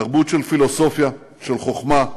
תרבות של פילוסופיה, של חוכמה,